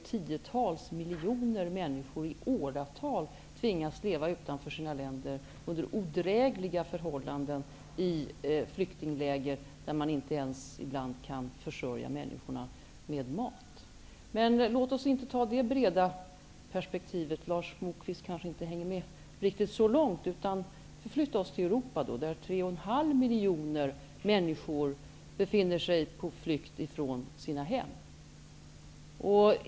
Tiotals miljoner människor tvingas i åratal att leva utanför sina länder under odrägliga förhållanden, i flyktingläger där man inte ens kan försörja människorna med mat. Men låt oss inte ta det breda perspektivet. Lars Moquist kanske inte hänger med riktigt så långt. Vi kan förflytta oss till Europa där tre och en halv miljoner människor befinner sig på flykt från sina hem.